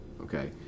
okay